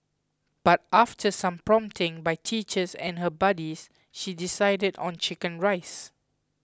but after some prompting by teachers and her buddies she decided on Chicken Rice